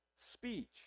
Speech